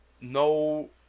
no